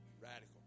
Radical